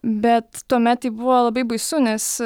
bet tuomet tai buvo labai baisu nes